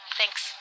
Thanks